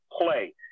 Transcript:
play